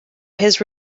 his